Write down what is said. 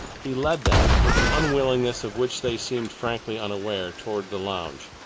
he led them with an unwillingness of which they seemed frankly unaware, towards the lounge.